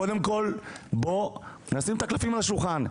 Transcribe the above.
קודם כול, בואו נשים את הקלפים על השולחן.